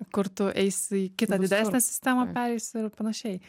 kur tu eisi į kitą didesnę sistemą pereisi ir panašiai